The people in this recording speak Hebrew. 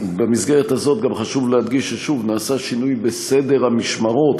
במסגרת הזאת גם חשוב להדגיש שוב שנעשה שינוי בסדר המשמרות,